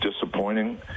disappointing